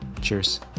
cheers